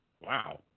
Wow